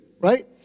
right